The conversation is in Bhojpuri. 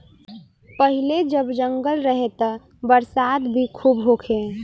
पहिले जब जंगल रहे त बरसात भी खूब होखे